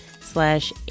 slash